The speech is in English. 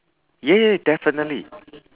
ya ya definitely